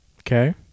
Okay